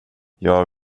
jag